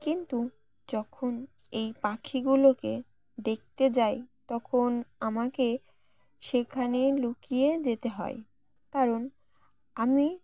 কিন্তু যখন এই পাখিগুলোকে দেখতে যাই তখন আমাকে সেখানে লুকিয়ে যেতে হয় কারণ আমি